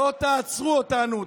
לא תעצרו אותנו.